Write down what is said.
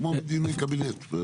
כמו בדיוני קבינט.